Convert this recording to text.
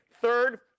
Third